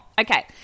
Okay